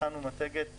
הכנו מצגת,